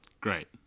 Great